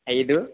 ఐదు